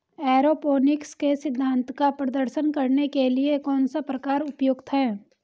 Aeroponics के सिद्धांत का प्रदर्शन करने के लिए कौन सा प्रकार उपयुक्त है?